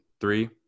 Three